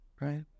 right